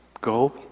go